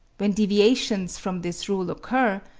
when deviations from this rule occur,